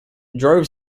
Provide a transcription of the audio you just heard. drove